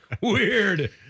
Weird